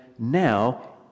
now